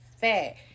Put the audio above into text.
fat